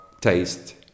taste